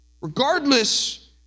Regardless